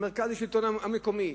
מרכז השלטון המקומי,